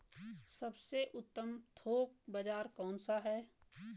सबसे उत्तम थोक बाज़ार कौन सा है?